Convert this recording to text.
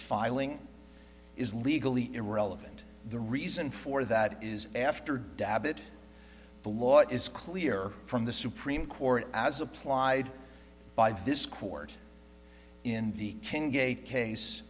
filing is legally irrelevant the reason for that is after dab it the law is clear from the supreme court as applied by this court in the ken gave case